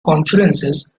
conferences